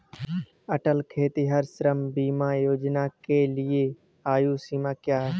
अटल खेतिहर श्रम बीमा योजना के लिए आयु सीमा क्या है?